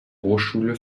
hochschule